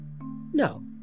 No